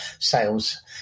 sales